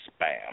Spam